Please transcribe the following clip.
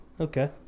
Okay